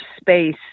space